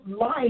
life